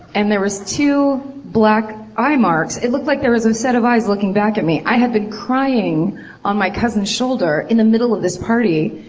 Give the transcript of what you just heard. and there was two black eye marks. it looked like there was a um set of eyes looking back at me. i had been crying on my cousin's shoulder in the middle of this party,